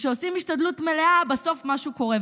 כשעושים השתדלות מלאה בסוף משהו קורה.